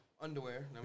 underwear